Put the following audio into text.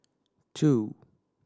two